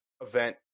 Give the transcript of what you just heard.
event